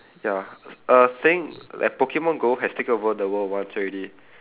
ya a thing like pokemon go has taken over the world once already